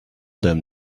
them